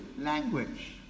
language